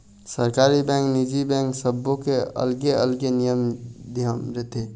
सरकारी बेंक, निजी बेंक सबो के अलगे अलगे नियम धियम रथे